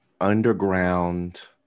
underground